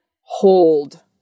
hold